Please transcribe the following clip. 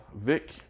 Vic